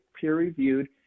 peer-reviewed